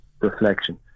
reflection